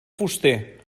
fuster